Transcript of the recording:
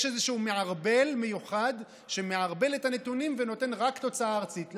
יש איזשהו מערבל מיוחד שמערבל את הנתונים ונותן רק תוצאה ארצית.